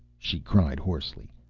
she cried hoarsely.